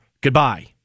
Goodbye